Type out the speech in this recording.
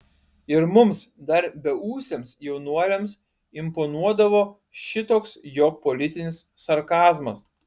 ir mums dar beūsiams jaunuoliams imponuodavo šitoks jo politinis sarkazmas